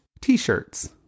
t-shirts